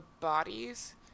bodies